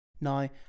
Now